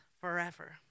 forever